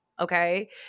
okay